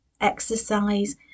exercise